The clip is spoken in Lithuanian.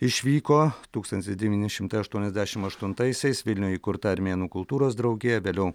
išvyko tūkstantis devyni šimtai aštuoniasdešim aštuntaisiais vilniuje įkurta armėnų kultūros draugija vėliau